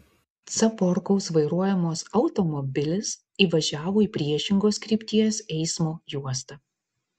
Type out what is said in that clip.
caporkaus vairuojamas automobilis įvažiavo į priešingos krypties eismo juostą